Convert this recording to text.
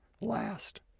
last